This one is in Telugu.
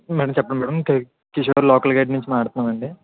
మ్యాడమ్ చెప్పండి మ్యాడమ్ కిషోర్ లోకల్ గైడ్ నుంచి మాట్లాడుతున్నాను అండి